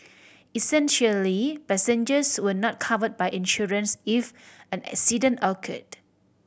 essentially passengers were not covered by insurance if an accident occurred